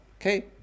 Okay